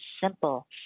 simple